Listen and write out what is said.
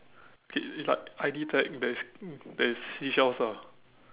K it's like I_D tag that is that is seashells ah